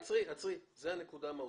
זו הנקודה המהותית.